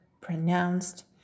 pronounced